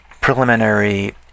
preliminary